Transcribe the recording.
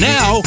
Now